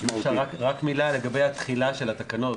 רק מילה לגבי התחילה של התקנות.